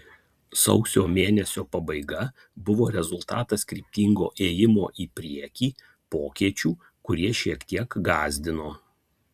sausio mėnesio pabaiga buvo rezultatas kryptingo ėjimo į priekį pokyčių kurie šiek tiek gąsdino